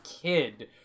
kid